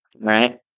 Right